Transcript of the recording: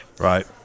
Right